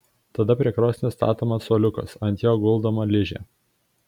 tada prie krosnies statomas suoliukas ant jo guldoma ližė